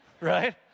Right